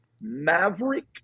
maverick